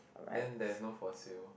then there is no for sale